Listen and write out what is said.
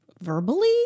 verbally